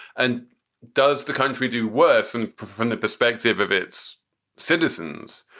and does the country do worse? and from the perspective of its citizens,